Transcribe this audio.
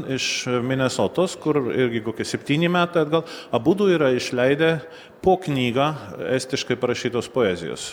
iš minesotos kur irgi kokie septyni metai atgal abudu yra išleidę po knygą estiškai parašytos poezijos